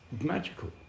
magical